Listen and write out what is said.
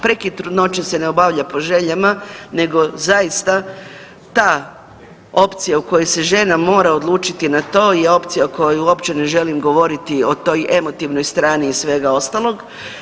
Prekid trudnoće se ne obavlja po željama nego zaista ta opcija u kojoj se žena mora odlučiti na to je opcija koju uopće ne želim govoriti o toj emotivnoj strani i svega ostalog.